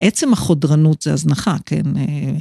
עצם החודרנות זה הזנחה, כן.